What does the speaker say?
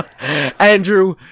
andrew